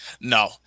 no